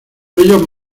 ellos